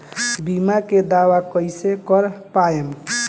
बीमा के दावा कईसे कर पाएम?